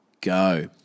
go